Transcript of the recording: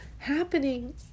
happening